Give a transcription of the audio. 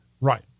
Right